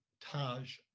Taj